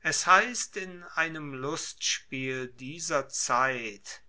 es heisst in einem lustspiel dieser zeit